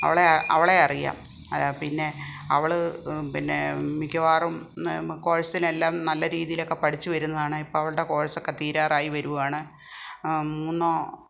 അവളെ അവളെ അറിയാം അത് പിന്നെ അവൾ പിന്നെ മിക്കവാറും കോഴ്സിനെല്ലാം നല്ല രീതിയിലൊക്കെ പഠിച്ച് വരുന്നതാണ് ഇപ്പം അവളുടെ കോഴ്സക്കെ തീരാറായി വരുവാണ് മൂന്നോ